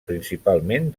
principalment